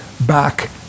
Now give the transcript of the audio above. back